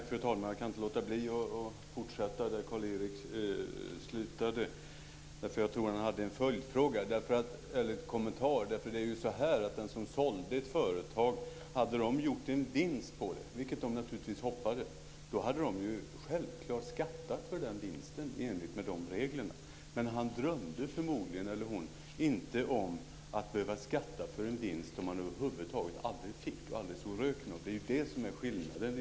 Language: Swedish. Fru talman! Jag kan inte låta bli att fortsätta där Carl Erik Hedlund slutade. Jag tror att han hade en kommentar till följd av sin fråga. Om de som sålde ett företag hade gjort en vinst, vilket de naturligtvis hoppades, hade de självklart skattat för den vinsten i enlighet med reglerna. Men de drömde förmodligen inte om att behöva skatta för en vinst som de aldrig ens såg röken av. Det är det som är skillnaden.